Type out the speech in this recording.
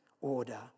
order